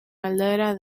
aldaera